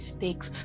mistakes